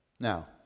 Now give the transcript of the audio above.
Now